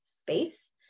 space